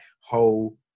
whole